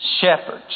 Shepherds